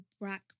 black